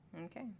Okay